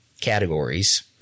categories